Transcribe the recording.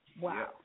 Wow